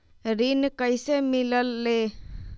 ऋण कईसे मिलल ले?